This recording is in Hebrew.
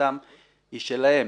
שמבחינתם היא שלהם,